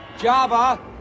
Java